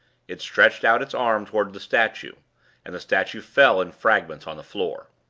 it stretched out its arm toward the statue and the statue fell in fragments on the floor.